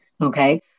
okay